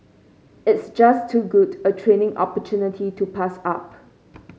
it's just too good a training opportunity to pass up